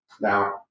now